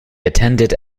attended